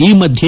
ಈ ಮಧ್ಯೆ